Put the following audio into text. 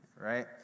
right